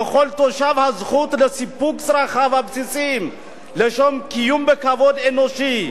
"לכל תושב הזכות לסיפוק צרכיו הבסיסיים לשם קיום בכבוד אנושי,